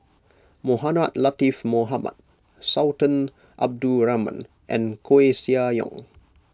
Mohamed Latiff Mohamed Sultan Abdul Rahman and Koeh Sia Yong